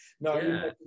no